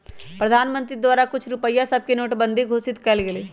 प्रधानमंत्री द्वारा कुछ रुपइया सभके नोटबन्दि घोषित कएल गेलइ